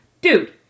Dude